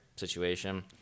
situation